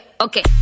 okay